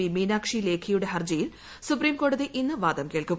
P Meenakshi ലേഖിയുടെ ഹർജിയിൽ സുപ്രീംകോടതി ഇന്ന് വാദം കേൾക്കും